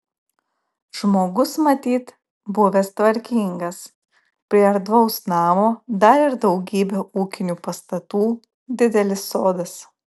žmogus matyt buvęs tvarkingas prie erdvaus namo dar ir daugybė ūkinių pastatų didelis sodas